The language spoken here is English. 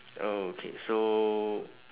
oh okay so